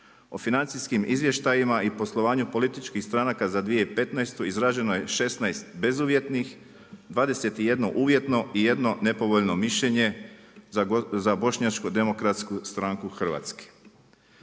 O financijskim izvještajima i poslovanju političkih stranaka za 2015. izrađeno je 16 bezuvjetnih, 21 uvjetno i 1 nepovoljno mišljenje za Bošnjačku demokratsku stranku Hrvatske.